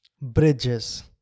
bridges